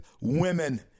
women